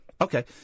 Okay